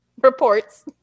reports